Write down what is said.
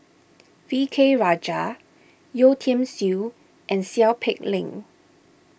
V K Rajah Yeo Tiam Siew and Seow Peck Leng